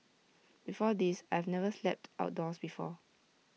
before this I've never slept outdoors before